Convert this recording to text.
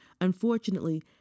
Unfortunately